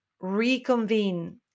reconvene